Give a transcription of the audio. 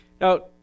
Now